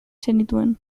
zenituen